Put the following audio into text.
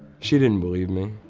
she didn't believe me.